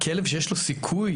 כלב שיש לו סיכוי